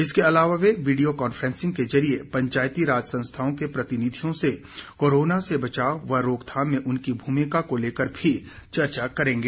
इसके अलावा वे वीडियो काफ्रेसिंग के जरिए पंचायती राज संस्थाओं के प्रतिनिधियों से कोरोना से बचाव व रोकथाम में उनकी भूमिका को लेकर भी चर्चा करेंगे